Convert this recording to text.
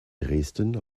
dresden